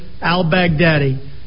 al-Baghdadi